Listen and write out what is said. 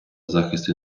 захисту